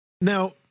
Now